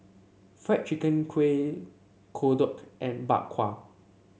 Fried Chicken Kueh Kodok and Bak Kwa